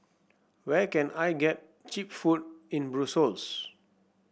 where can I get cheap food in Brussels